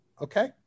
okay